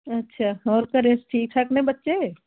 ਅੱਛਾ ਹੋਰ ਘਰੇ ਠੀਕ ਠਾਕ ਨੇ ਬੱਚੇ